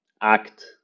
act